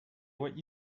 what